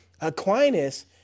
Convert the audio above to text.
Aquinas